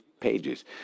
pages